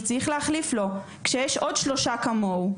צריך להחליף לו, ויש עוד שלושה כמוהו.